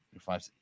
five